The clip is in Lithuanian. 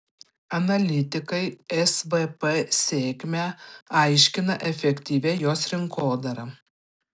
analitikai svp sėkmę aiškina efektyvia jos rinkodara